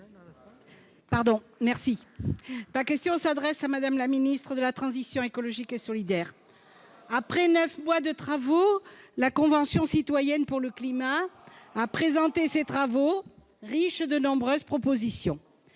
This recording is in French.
Ma question s'adresse à Mme la ministre de la transition écologique et solidaire. Après neuf mois de travaux, la Convention citoyenne pour le climat a présenté ses travaux, riches de nombreuses propositions.